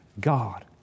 God